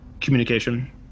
communication